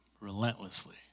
relentlessly